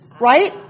right